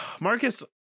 Marcus